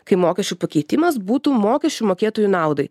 kai mokesčių pakeitimas būtų mokesčių mokėtojų naudai